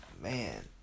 Man